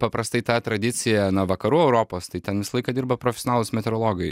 paprastai ta tradicija na vakarų europos tai ten visą laiką dirba profesionalūs meteorologai